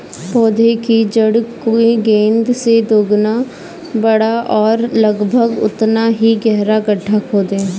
पौधे की जड़ की गेंद से दोगुना बड़ा और लगभग उतना ही गहरा गड्ढा खोदें